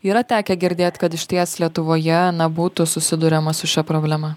yra tekę girdėt kad išties lietuvoje na būtų susiduriama su šia problema